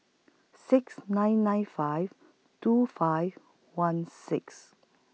six nine nine five two five one six